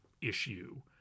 issue